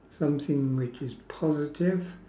something which is positive